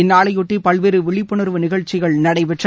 இந்நாளையொட்டி பல்வேறு விழிப்புணா்வு நிகழ்ச்சிகள் நடைபெற்றன